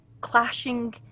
clashing